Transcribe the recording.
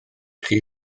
chi